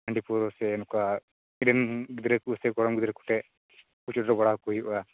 ᱦᱟᱸᱰᱤ ᱯᱟ ᱣᱨᱟ ᱥᱮ ᱱᱚᱝᱠᱟ ᱜᱚᱲᱚᱢ ᱜᱤᱫᱽᱨᱟᱹ ᱠᱳ ᱥᱮ ᱜᱚᱲᱚᱢ ᱜᱤᱫᱽᱨᱟ ᱠᱚᱴᱷᱮᱜ ᱪᱚᱰᱚᱨ ᱵᱟᱲᱟ ᱠᱚ ᱦᱩᱭᱩᱜ ᱼᱟ